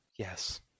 Yes